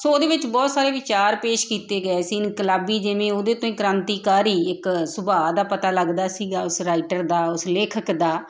ਸੋ ਉਹਦੇ ਵਿੱਚ ਬਹੁਤ ਸਾਰੇ ਵਿਚਾਰ ਪੇਸ਼ ਕੀਤੇ ਗਏ ਸੀ ਇਨਕਲਾਬੀ ਜਿਵੇਂ ਉਹਦੇ ਤੋਂ ਹੀ ਕ੍ਰਾਂਤੀਕਾਰੀ ਇੱਕ ਸੁਭਾਅ ਦਾ ਪਤਾ ਲੱਗਦਾ ਸੀਗਾ ਉਸ ਰਾਈਟਰ ਦਾ ਉਸ ਲੇਖਕ ਦਾ